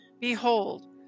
Behold